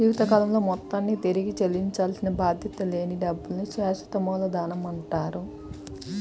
జీవితకాలంలో మొత్తాన్ని తిరిగి చెల్లించాల్సిన బాధ్యత లేని డబ్బుల్ని శాశ్వత మూలధనమంటారు